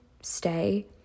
stay